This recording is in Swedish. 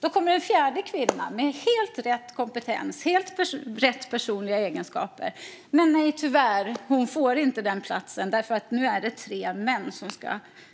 Då kommer en fjärde kvinna med helt rätt kompetens och personliga egenskaper. Men nej, tyvärr, hon får inte den platsen därför att nu är det tre män som